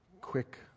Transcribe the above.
quick